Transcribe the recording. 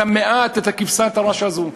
את המעט, את כבשת הרש הזו.